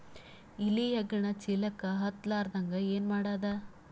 ಇಲಿ ಹೆಗ್ಗಣ ಚೀಲಕ್ಕ ಹತ್ತ ಲಾರದಂಗ ಏನ ಮಾಡದ?